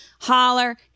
Holler